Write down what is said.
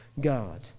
God